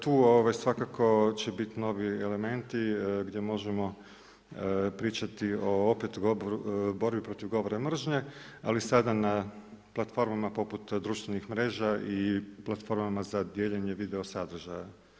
Tu svakako će biti novi elementi gdje možemo pričati opet o borbi protiv govora mržnje, ali sada na platformama poput društvenih mreža i platformama za dijeljenje video sadržaja.